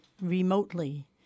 remotely